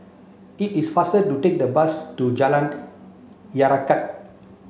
it is faster to take the bus to Jalan